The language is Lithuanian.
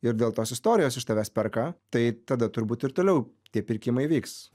ir dėl tos istorijos iš tavęs perka tai tada turbūt ir toliau tie pirkimai vyks